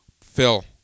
Phil